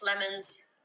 lemons